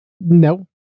No